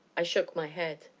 i shook my head.